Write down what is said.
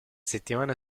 settimana